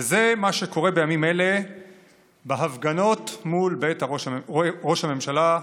וזה מה שקורה בימים אלה בהפגנות מול בית ראש הממשלה,